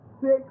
Six